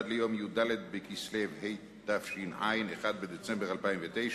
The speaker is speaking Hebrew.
עד ליום י"ד בכסלו התש"ע, 1 בדצמבר 2009,